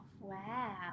Wow